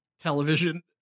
television